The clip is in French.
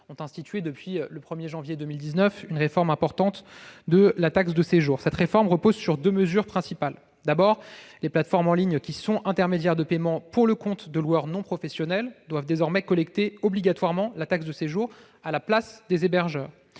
ont institué une réforme importante de la taxe de séjour à compter du 1 janvier 2019. Cette réforme repose sur deux mesures principales. D'une part, les plateformes en ligne qui sont intermédiaires de paiement pour le compte de loueurs non professionnels doivent désormais collecter obligatoirement la taxe de séjour à la place des hébergeurs.